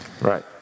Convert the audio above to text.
right